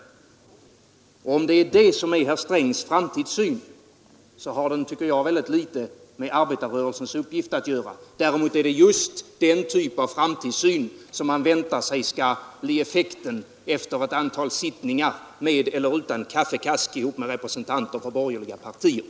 Om det är herr Strängs framtidssyn har den enligt min mening väldigt litet med arbetarrörelsens uppgift att göra. Däremot är det just den typ av framtidssyn som man väntar sig skall bli effekten efter ett antal sittningar med eller utan kaffekask ihop med representanter för borgerliga partier.